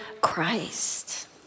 Christ